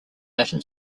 latin